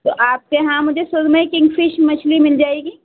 تو آپ کے یہاں مجھے سرمئی کنگ فش مچھلی مل جائے گی